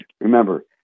Remember